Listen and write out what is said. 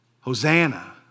Hosanna